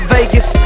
Vegas